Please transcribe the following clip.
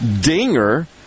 Dinger